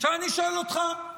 אני שואל אותך,